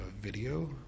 video